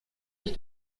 ich